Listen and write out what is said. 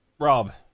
Rob